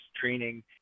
training